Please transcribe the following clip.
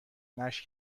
نشت